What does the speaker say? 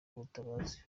ubutabazi